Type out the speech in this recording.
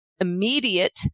immediate